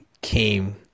came